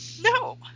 No